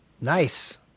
nice